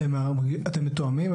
אתם מתואמים?